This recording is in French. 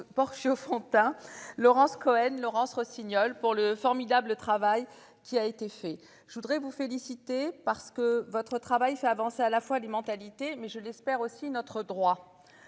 Borchio-Fontimp. Laurence Cohen, Laurence Rossignol pour le formidable travail qui a été fait. Je voudrais vous féliciter parce que votre travail fait avancer à la fois les mentalités mais je l'espère aussi notre droit.